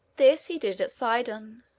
this he did at sidon,